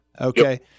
Okay